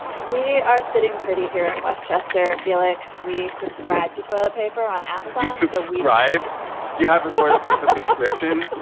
we are sitting pretty here in westchester felix, we subscribe to toilet paper on amazon so we ribe you have a toilet paper and subscription.